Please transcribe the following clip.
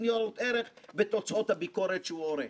ניירות ערך בתוצאות הביקורות שהוא עורך.